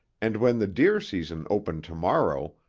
and when the deer season opened tomorrow,